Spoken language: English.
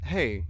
Hey